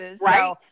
Right